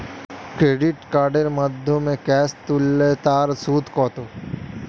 Credit কার্ডের মাধ্যমে cash তুলে তার সুদ কত?